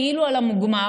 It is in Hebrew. כאילו על המוגמר,